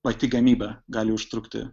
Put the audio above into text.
pati gamyba gali užtrukti